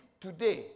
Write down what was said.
today